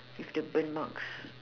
with the burn marks